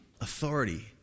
authority